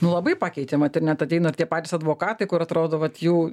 nu labai pakeitė vat ir net ateina ir tie patys advokatai kur atrodo vat jų